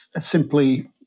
simply